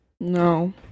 No